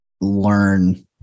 learn